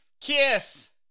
KISS